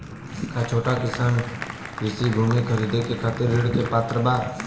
का छोट किसान कृषि भूमि खरीदे के खातिर ऋण के पात्र बा?